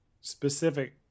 specific